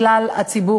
לכלל הציבור,